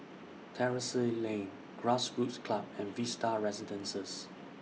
Terrasse Lane Grassroots Club and Vista Residences